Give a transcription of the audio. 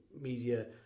media